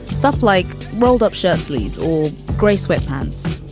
stuff like rolled up shirtsleeves or gray sweatpants.